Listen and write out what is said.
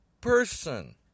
person